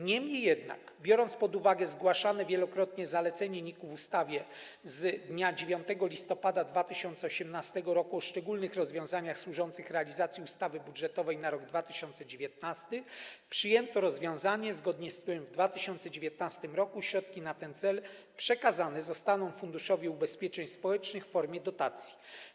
Niemniej jednak biorąc pod uwagę zgłaszane wielokrotnie zalecenie NIK-u, w ustawie z dnia 9 listopada 2018 r. o szczególnych rozwiązaniach służących realizacji ustawy budżetowej na rok 2019 przyjęto rozwiązanie, zgodnie z którym w 2019 r. środki na ten cel przekazane zostaną Funduszowi Ubezpieczeń Społecznych w formie dotacji.